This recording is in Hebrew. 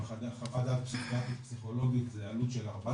אבל חוות דעת פסיכיאטרית-פסיכולוגית זה עלות של 4,000,